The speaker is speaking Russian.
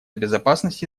безопасности